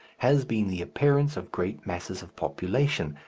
has been the appearance of great masses of population,